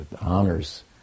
honors